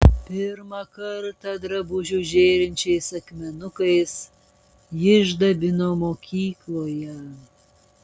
pirmą kartą drabužį žėrinčiais akmenukais ji išdabino mokykloje